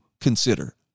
consider